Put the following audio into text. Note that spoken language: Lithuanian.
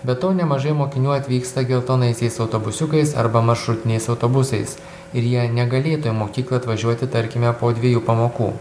be to nemažai mokinių atvyksta geltonaisiais autobusiukais arba maršrutiniais autobusais ir jie negalėtų į mokyklą atvažiuoti tarkime po dviejų pamokų